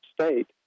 State